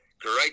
great